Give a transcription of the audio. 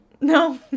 No